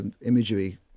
imagery